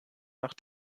nach